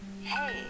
Hey